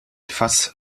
fass